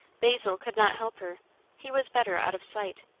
basil could not help her he was better out of sight.